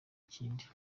ikindi